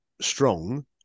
strong